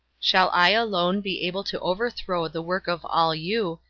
shall i alone be able to overthrow the work of all you,